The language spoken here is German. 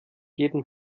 jeden